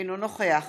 אינו נוכח